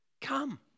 Come